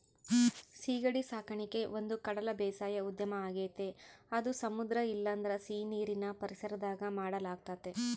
ಸೀಗಡಿ ಸಾಕಣಿಕೆ ಒಂದುಕಡಲ ಬೇಸಾಯ ಉದ್ಯಮ ಆಗೆತೆ ಅದು ಸಮುದ್ರ ಇಲ್ಲಂದ್ರ ಸೀನೀರಿನ್ ಪರಿಸರದಾಗ ಮಾಡಲಾಗ್ತತೆ